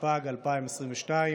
התשפ"ג 2022,